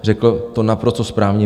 Řekl to naprosto správně.